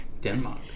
Denmark